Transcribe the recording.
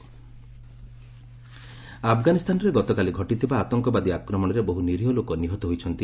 India Afghanistan ଆଫଗାନିସ୍ତାନରେ ଗତକାଲି ଘଟିଥିବା ଆତଙ୍କବାଦୀ ଆକ୍ରମଣରେ ବହୁ ନିରିହ ଲୋକ ନିହତ ହୋଇଛନ୍ତି